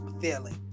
feeling